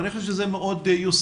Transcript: אני חושב שזה מאוד יוסיף